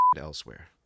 elsewhere